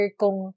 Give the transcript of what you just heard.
kung